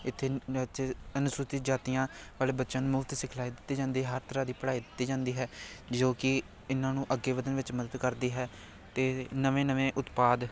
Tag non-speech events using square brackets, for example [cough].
ਇੱਥੇ [unintelligible] ਅਨੁਸੂਚਿਤ ਜਾਤੀਆਂ ਵਾਲੇ ਬੱਚਿਆਂ ਨੂੰ ਮੁਫਤ ਸਿਖਲਾਈ ਦਿੱਤੀ ਜਾਂਦੀ ਹਰ ਤਰ੍ਹਾਂ ਦੀ ਪੜ੍ਹਾਈ ਦਿੱਤੀ ਜਾਂਦੀ ਹੈ ਜੋ ਕਿ ਇਹਨਾਂ ਨੂੰ ਅੱਗੇ ਵਧਣ ਵਿੱਚ ਮਦਦ ਕਰਦੀ ਹੈ ਅਤੇ ਨਵੇਂ ਨਵੇਂ ਉਤਪਾਦ